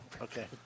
Okay